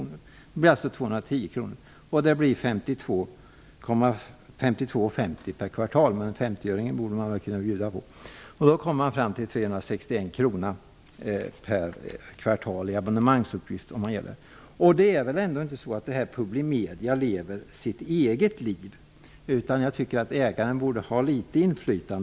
Beloppet blir då 210 kr, vilket blir 52:50 kr per kvartal -- men femtioöringen borde man kunna bjuda på. Abonnemangsavgiften per kvartal blir då 361 kr. Det är väl ändå inte så, att Publimedia lever sitt eget liv. Ägaren borde kunna ha litet inflytande.